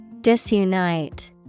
Disunite